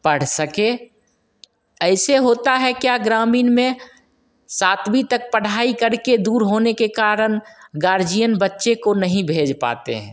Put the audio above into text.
पढ़ सके ऐसे होता है क्या ग्रामीण में सातवीं तक पढ़ाई करके दूर होने के कारण गार्जियन बच्चे को नहीं भेज पाते हैं